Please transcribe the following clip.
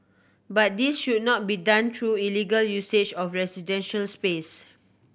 but this should not be done through illegal usage of residential space